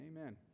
Amen